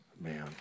man